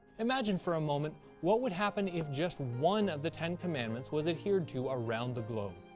imagine for a moment what would happen if just one of the ten commandments was adhered to around the globe.